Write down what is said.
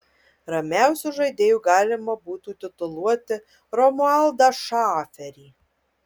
ramiausiu žaidėju galima būtų tituluoti romualdą šaferį